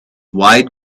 wide